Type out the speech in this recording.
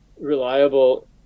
reliable